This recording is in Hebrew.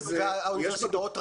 האוניברסיטאות,